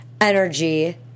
energy